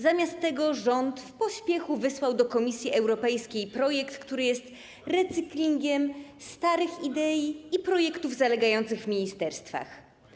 Zamiast tego rząd w pospiechu wysłał do Komisji Europejskiej projekt, który jest recyklingiem starych idei i projektów zalegających w ministerstwach.